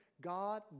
God